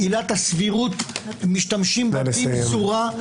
עילת הסבירות, משתמשים בה במשורה.